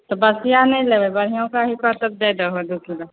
तऽ बसिआ नहि लेबै बढ़िआँ होका हिको तऽ दै दहो दुइ किलो